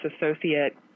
associate